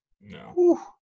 No